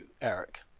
eric